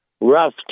rough